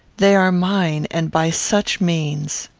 they are mine, and by such means!